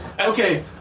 Okay